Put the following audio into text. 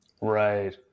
Right